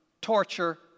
torture